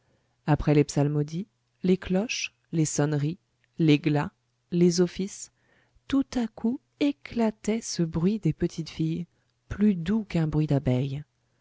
après les psalmodies les cloches les sonneries les glas les offices tout à coup éclatait ce bruit des petites filles plus doux qu'un bruit d'abeilles